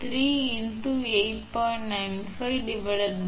95 ampere 3 × 33 × 103 × 8